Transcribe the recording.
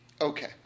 Okay